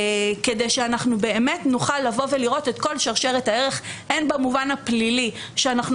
כדי שבאמת נוכל לראות את כל שרשרת הערך הן במובן הפלילי שאנחנו